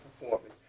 performance